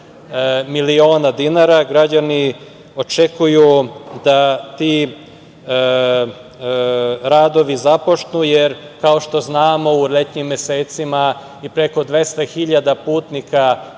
miliona dinara. Građani očekuju da ti radovi započnu, jer, kao što znamo, u letnjim mesecima i preko 200 hiljada putnika